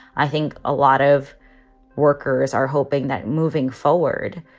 i think a lot of workers are hoping that moving forward,